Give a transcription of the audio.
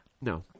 No